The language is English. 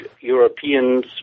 Europeans